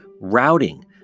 routing